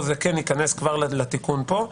זה ייכנס לתיקון פה.